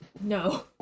No